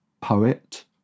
poet